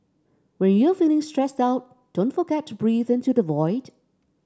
when you are feeling stressed out don't forget to breathe into the void